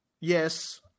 yes